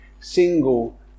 single